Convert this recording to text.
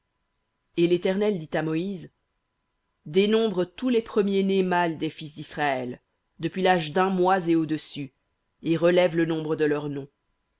et l'éternel dit à moïse dénombre tous les premiers-nés mâles des fils d'israël depuis l'âge d'un mois et au-dessus et relève le nombre de leurs noms